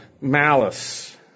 Malice